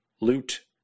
loot